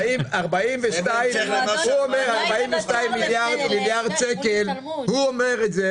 ה-42 מיליארד שקל, הוא אומר את זה